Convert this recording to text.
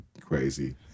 crazy